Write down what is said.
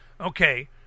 okay